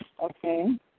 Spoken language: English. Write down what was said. Okay